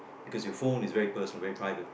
because you phone is very personal very private